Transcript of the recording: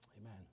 Amen